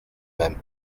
même